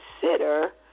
consider